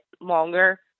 longer